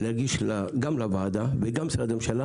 להגיש גם לוועדה ולגם למשרדי הממשלה